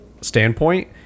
standpoint